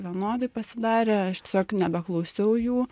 vienodai pasidarę aš tiesiog nebeklausiau jų